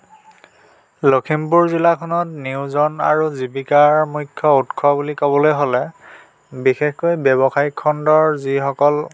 লখিমপুৰ জিলাখনত নিয়োজন আৰু জীৱিকাৰ মুখ্য উৎস বুলি ক'বলৈ হ'লে বিশেষকৈ ব্যৱসায়িক খণ্ডৰ যিসকল